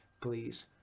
please